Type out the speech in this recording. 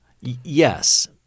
Yes